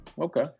Okay